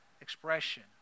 expression